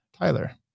Tyler